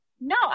No